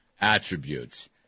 attributes